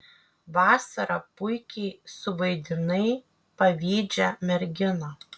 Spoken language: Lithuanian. vasara puikiai suvaidinai pavydžią merginą